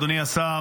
אדוני השר,